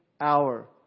hour